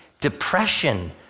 depression